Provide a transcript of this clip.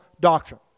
doctrine